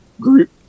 group